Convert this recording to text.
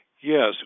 Yes